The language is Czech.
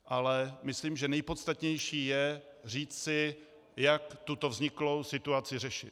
Ale myslím, že nejpodstatnější je říci, jak tuto vzniklou situaci řešit.